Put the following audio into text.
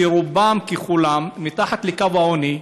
שרובם ככולם מתחת לקו העוני,